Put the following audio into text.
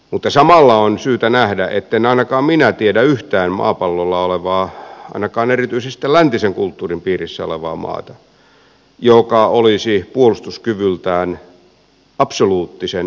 mutta samalla on syytä nähdä etten ainakaan minä tiedä yhtään maapallolla olevaa ainakaan erityisesti läntisen kulttuurin piirissä olevaa maata joka olisi puolustuskyvyltään absoluuttisen itsenäinen